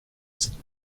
cette